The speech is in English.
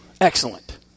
excellent